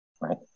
right